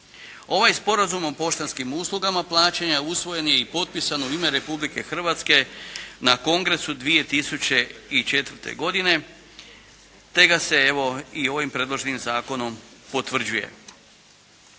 Ovaj Sporazum o poštanskim uslugama plaćanja usvojen je i potpisan u ime Republike Hrvatske na Kongresu 2004. godine, te ga se i evo ovim predloženim zakonom potvrđuje.